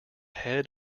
head